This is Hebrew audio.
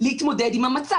להתמודד עם המצב.